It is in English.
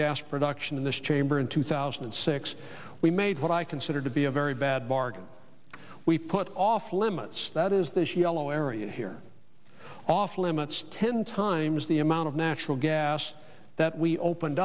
gas production in this chamber in two thousand and six we made what i considered to be a very bad bargain we put off limits that is this yellow area here off limits ten times the amount of natural gas that we opened